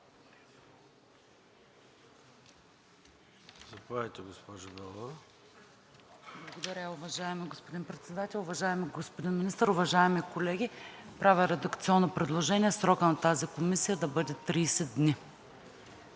БЕЛОВА (ГЕРБ-СДС): Благодаря, уважаеми господин Председател. Уважаеми господин Министър, уважаеми колеги! Правя редакционно предложение срокът на тази комисия да бъде 30 дни.